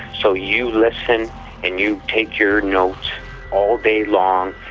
so you listen and you take your notes all day long,